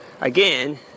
again